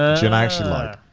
ah gin i actually like.